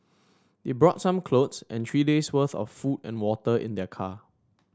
they brought some clothes and three days' worth of food and water in their car